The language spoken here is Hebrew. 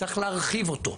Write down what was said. צריך להרחיב אותו.